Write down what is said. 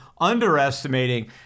underestimating